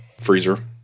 freezer